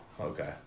okay